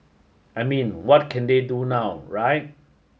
I mean what can they do now right